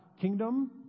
kingdom